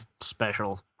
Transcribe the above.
special